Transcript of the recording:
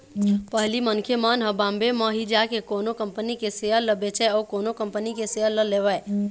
पहिली मनखे मन ह बॉम्बे म ही जाके कोनो कंपनी के सेयर ल बेचय अउ कोनो कंपनी के सेयर ल लेवय